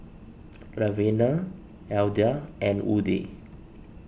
Lavenia Alda and Woody